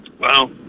Wow